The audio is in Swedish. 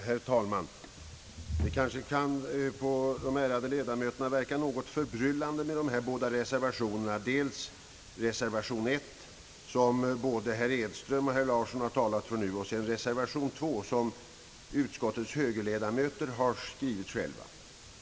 Herr talman! Det kanske kan verka något förbryllande för de ärade ledamöterna att det finns två reservationer, dels reservation I, som både herr Edström och herr Larsson nu har talat för här, dels reservation II, som utskottets högerledamöter har avgivit själva.